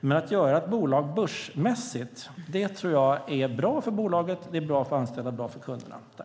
Men att göra ett bolag börsmässigt tror jag är bra för bolaget, bra för de anställda och bra för kunderna.